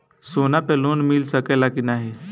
सोना पे लोन मिल सकेला की नाहीं?